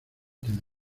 tener